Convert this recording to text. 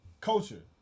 Culture